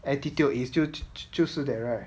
attitude is 就就是 that right